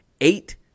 eight